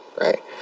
right